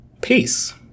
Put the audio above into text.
Peace